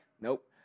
Nope